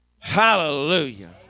Hallelujah